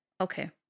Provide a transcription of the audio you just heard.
Okay